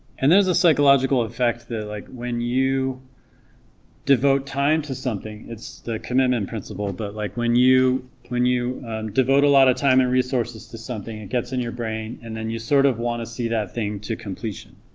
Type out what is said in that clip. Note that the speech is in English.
and there's a psychological effect that like when you devote time to something it's the commitment principle, but like when you when you devote a lot of time and resources to something it gets in your brain and then you sort of want to see that thing to completion